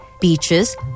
beaches